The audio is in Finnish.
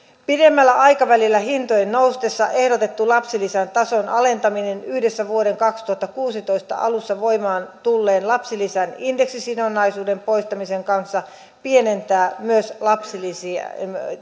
pidemmällä aikavälillä hintojen noustessa ehdotettu lapsilisän tason alentaminen yhdessä vuoden kaksituhattakuusitoista alusta voimaan tulleen lapsilisän indeksisidonnaisuuden poistamisen kanssa pienentää myös lapsilisiä